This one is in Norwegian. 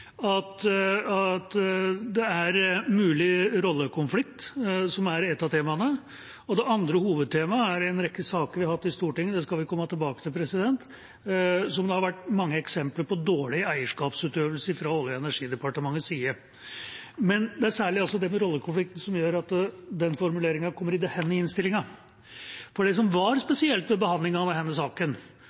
er en mulig rollekonflikt. Det andre hovedtemaet er en rekke saker vi har hatt i Stortinget – det skal vi komme tilbake til – hvor det har vært mange eksempler på dårlig eierskapsutøvelse fra Olje- og energidepartementets side. Det er særlig det med rollekonflikt som gjør at den formuleringen kommer i denne innstillinga. For det som var spesielt ved behandlingen av denne saken